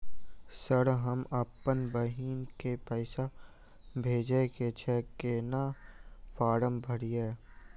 Sir हम अप्पन बहिन केँ पैसा भेजय केँ छै कहैन फार्म भरीय?